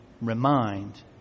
remind